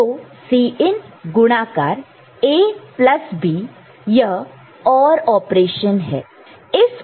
तो Cin गुणाकार multiply multiplied A plus B यह OR ऑपरेशन है